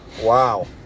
Wow